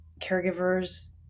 caregivers